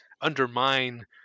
undermine